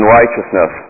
righteousness